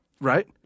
Right